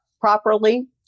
properly